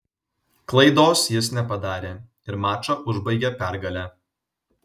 klaidos jis nepadarė ir mačą užbaigė pergale